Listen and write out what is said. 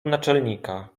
naczelnika